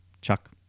Chuck